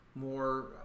more